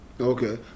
Okay